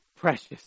precious